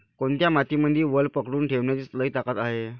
कोनत्या मातीमंदी वल पकडून ठेवण्याची लई ताकद हाये?